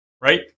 Right